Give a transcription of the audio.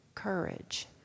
Courage